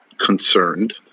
concerned